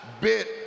bit